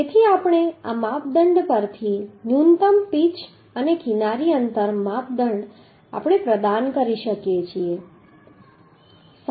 તેથી આપણે આ માપદંડ પરથી ન્યૂનતમ પિચ અને કિનારી અંતર માપદંડ આપણે પ્રદાન કરી શકીએ